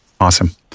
awesome